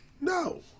No